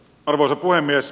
arvoisa puhemies